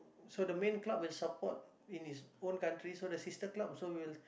so the main club is support in its own country so the sister club also will